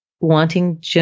wanting